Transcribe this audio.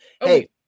Hey